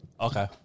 Okay